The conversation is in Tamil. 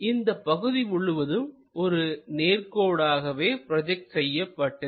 இந்தப் பகுதி முழுவதும் ஒரு நேர்கோடாக ப்ரோஜெக்ட் செய்யப்பட்டிருக்கும்